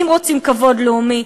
אם רוצים כבוד לאומי,